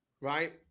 right